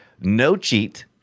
no-cheat